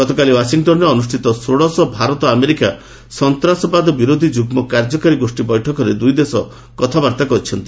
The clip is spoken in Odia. ଗତକାଲି ଓ୍ୱାଶିଂଟନ୍ରେ ଅନୁଷ୍ଠିତ ଷୋଡ଼ଶ ଭାରତ ଆମେରିକା ସନ୍ତାସବାଦ ବିରୋଧୀ ଯୁଗ୍ମ କାର୍ଯ୍ୟକାରୀ ଗୋଷ୍ଠୀ ବୈଠକରେ ଦୁଇଦେଶ କଥାବାର୍ତ୍ତା କରିଛନ୍ତି